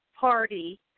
party